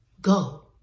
Go